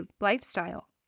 lifestyle